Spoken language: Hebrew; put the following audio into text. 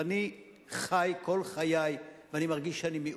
ואני חי כל חיי ואני מרגיש שאני מיעוט.